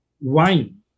wine